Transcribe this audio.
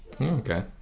Okay